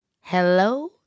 hello